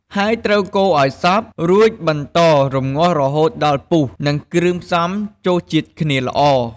ហើយត្រូវកូរឱ្យសព្វ រួចបន្តរំងាស់រហូតដល់ពុះ និងគ្រឿងផ្សំចូលជាតិគ្នាល្អ។